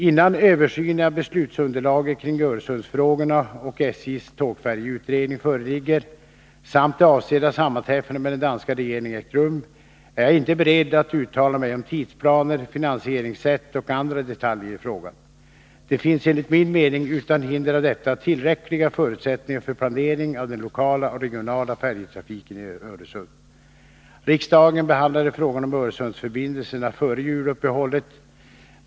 Innan översynen av beslutsunderlaget kring Öresundsfrågorna och SJ:s tågfärjeutredning föreligger samt det avsedda sammanträffandet med den danska regeringen ägt rum, är jag inte beredd uttala mig om tidsplaner, finansieringssätt och andra detaljer i frågan. Det finns enligt min mening utan hinder av detta tillräckliga förutsättningar för planering av den lokala och regionala färjetrafiken i Öresund. Riksdagen behandlade frågan om Öresundsförbindelserna före juluppehållet.